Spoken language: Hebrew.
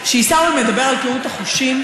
שכשעיסאווי מדבר על קהות החושים,